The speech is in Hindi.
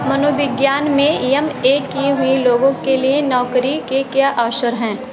मनोविज्ञान में एम ए किए हुए लोगों के लिए नौकरी के क्या अवसर हैं